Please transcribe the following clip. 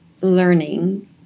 learning